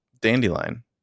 Dandelion